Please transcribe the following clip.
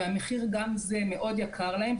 וגם המחיר הזה יקר עבורן.